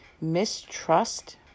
mistrust